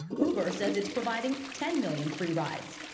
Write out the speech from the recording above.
uber says it's providing ten million free rides.